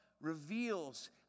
reveals